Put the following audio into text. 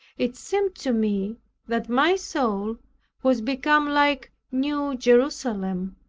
it seemed to me that my soul was become like new jerusalem,